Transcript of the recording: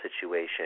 situation